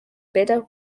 bidder